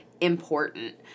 important